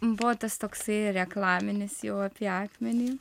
buvo tas toksai reklaminis jau apie akmenį